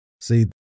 See